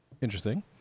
Interesting